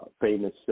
famous